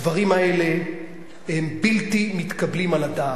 הדברים האלה הם בלתי מתקבלים על הדעת.